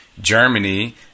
Germany